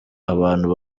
abantu